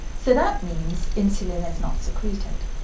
so that means insulin is not secreted.